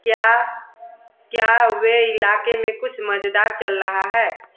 क्या क्या वे इलाके में कुछ मज़ेदार चल रहा है